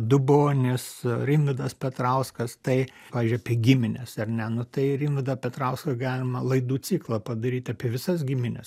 dubonis rimvydas petrauskas tai pavyzdžiui apie gimines ar ne nu tai rimvydą petrauską galima laidų ciklą padaryt apie visas gimines